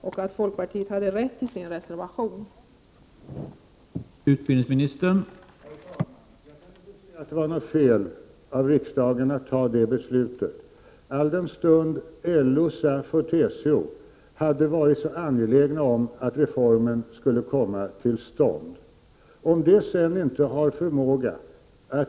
Vi i folkpartiet hade alltså rätt i det som vi framhöll i vår reservation.